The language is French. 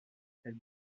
elle